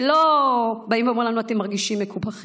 שלא, באים ואומרים לנו: אתם מרגישים מקופחים.